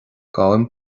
gabhaim